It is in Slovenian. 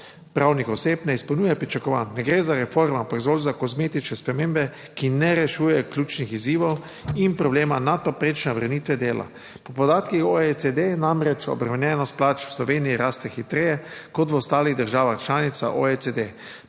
pravnih oseb ne izpolnjuje pričakovanj. Ne gre za reformo, ampak zgolj za kozmetične spremembe, ki ne rešuje ključnih izzivov in problema nadpovprečne obremenitve dela. Po podatkih OECD namreč obremenjenost plač v Sloveniji raste hitreje kot v ostalih državah članicah OECD.